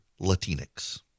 Latinx